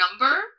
number